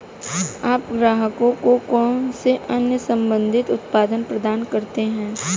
आप ग्राहकों को कौन से अन्य संबंधित उत्पाद प्रदान करते हैं?